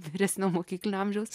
vyresnio mokyklinio amžiaus